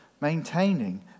maintaining